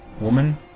woman